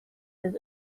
his